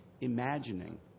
imagining